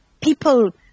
people